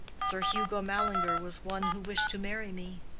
sir hugo mallinger was one who wished to marry me.